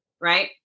right